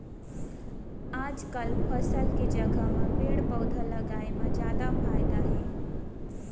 आजकाल फसल के जघा म पेड़ पउधा लगाए म जादा फायदा हे